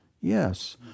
Yes